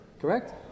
Correct